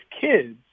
kids